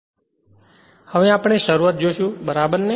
હવે આપણે શરૂઆત જોશું બરાબર ને